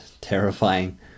terrifying